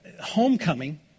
homecoming